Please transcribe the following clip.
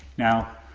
now,